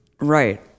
Right